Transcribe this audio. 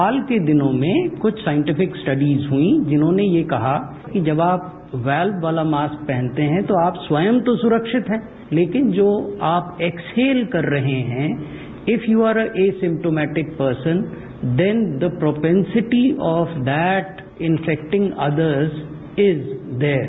हाल के दिनों में कुछ साइटिफिक स्टडिज हुईं जिन्होंने ये कहा कि जब आप वॉल्व वाला मास्क पहनते हैं तो स्वयं तो आप सुरक्षित हैं लेकिन जो आप एक्सहेल कर रहे हैं if you are asymptomatic person then the propensity of that infecting others is there